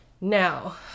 Now